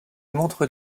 montre